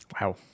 Wow